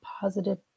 positive